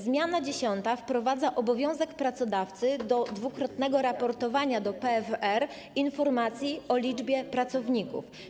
Zmiana 10. wprowadza obowiązek pracodawcy dwukrotnego raportowania do PFR informacji o liczbie pracowników.